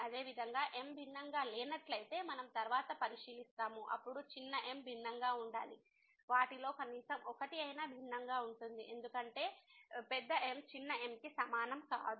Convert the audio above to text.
అదేవిధంగా M భిన్నంగా లేనట్లయితే మనం తర్వాత పరిశీలిస్తాము అప్పుడు చిన్న m భిన్నంగా ఉండాలి వాటిలో కనీసం ఒకటి అయినా భిన్నంగా ఉంటుంది ఎందుకంటే M చిన్న m కి సమానం కాదు